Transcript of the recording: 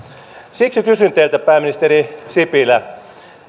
siksi kysyn teiltä pääministeri sipilä